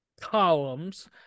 columns